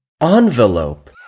Envelope